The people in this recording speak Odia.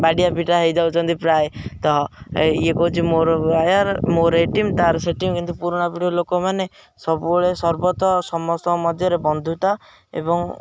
ବାଡ଼ିଆ ପିଟା ହେଇଯାଉଛନ୍ତି ପ୍ରାୟ ତ ଇଏ କହୁଛି ମୋର ବାୟାର୍ ମୋର ଏଇ ଟିମ୍ ତାର ସେ ଟିମ୍ କିନ୍ତୁ ପୁରୁଣା ପିଢ଼ି ଲୋକମାନେ ସବୁବେଳେ ସର୍ବତ ସମସ୍ତଙ୍କ ମଧ୍ୟରେ ବନ୍ଧୁତା ଏବଂ